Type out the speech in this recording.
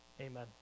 Amen